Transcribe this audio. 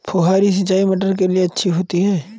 फुहारी सिंचाई मटर के लिए अच्छी होती है?